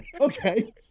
Okay